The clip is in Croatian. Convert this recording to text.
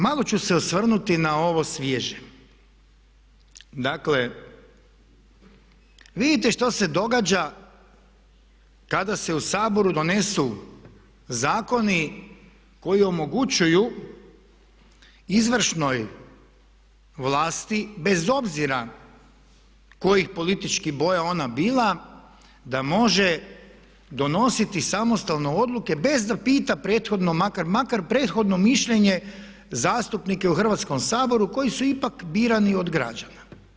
Malo ću se osvrnuti na ovo svježe, dakle vidite što se događa kada se u Saboru donesu zakoni koji omogućuju izvršnoj vlasti bez obzira kojih političkih boja ona bila da može donositi samostalno odluke bez da pita prethodno makar prethodno mišljenje zastupnika u Hrvatskom saboru koji su ipak birani od građana.